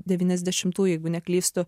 devyniasdešimtų jeigu neklystu